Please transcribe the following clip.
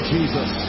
Jesus